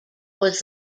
was